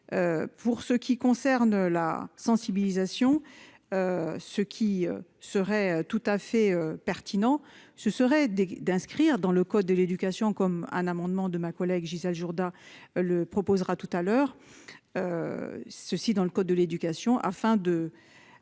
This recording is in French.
Pour ce qui concerne la sensibilisation. Ce qui serait tout à fait pertinent, ce serait des d'inscrire dans le code de l'éducation comme un amendement de ma collègue Gisèle Jourda le proposera tout à l'heure. Ceci dans le code de l'éducation afin de